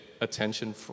attention